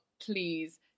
please